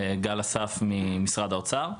אני גל אסף ממשרד האוצר.